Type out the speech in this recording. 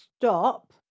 stop